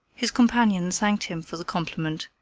his companion thanked him for the compliment,